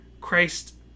Christ